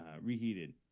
reheated